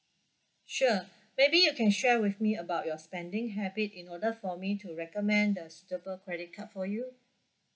sure maybe you can share with me about your spending habit in order for me to recommend the suitable credit card for you